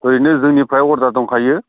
ओरैनो जोंनिफ्राय अरडार दंखायो